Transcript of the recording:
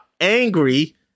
angry